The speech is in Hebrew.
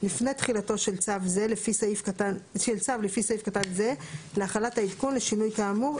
לפני תחילתו של צו לפי סעיף קטן זה להחלת העדכון לשינוי כאמור,